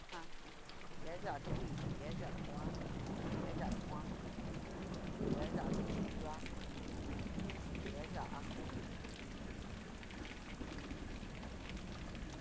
Ajan tiaya kui, tiaya koa, tiaya koan, tiaya nruxhi nrua, tiaya ajo.